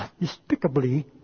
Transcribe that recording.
despicably